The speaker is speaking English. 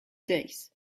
days